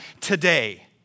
today